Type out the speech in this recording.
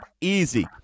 easy